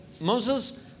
Moses